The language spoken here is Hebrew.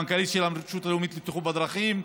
המנכ"לית של הרשות הלאומית לבטיחות בדרכים,